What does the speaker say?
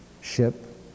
ship